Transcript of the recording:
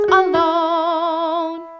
alone